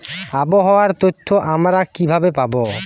আবহাওয়ার তথ্য আমরা কিভাবে পাব?